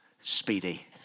Speedy